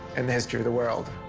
in the history of the world.